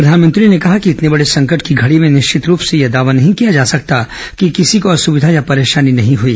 प्रधानमंत्री ने कहा कि इतने बड़े संकट की घड़ी में निश्चित रूप से यह दावा नहीं किया जा सकता कि किसी को असुविधा या परेशानी नहीं हुई